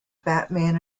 batman